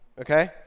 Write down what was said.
okay